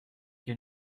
your